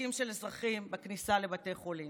בתיקים של אזרחים בכניסה לבתי חולים.